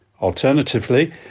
Alternatively